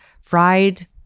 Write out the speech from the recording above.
fried